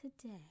today